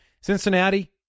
Cincinnati